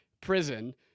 prison